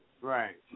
Right